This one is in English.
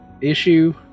issue